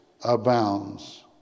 abounds